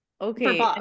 Okay